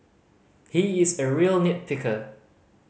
he is a real nit picker